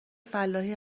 فلاحی